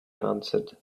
answered